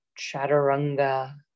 chaturanga